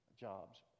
jobs